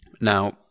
Now